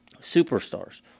superstars